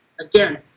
Again